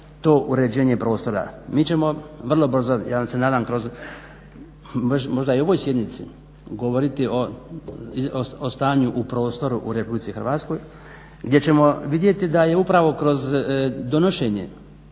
to uređenje prostora. Mi ćemo vrlo brzo ja se nadam kroz možda i ovoj sjednici govoriti o stanju u prostoru u RH gdje ćemo vidjeti da je upravo kroz donošenje